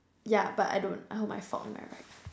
yeah but I don't I hold my fork in my right